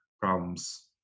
problems